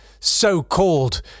so-called